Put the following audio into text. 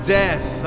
death